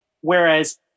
Whereas